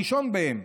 הראשון בהם,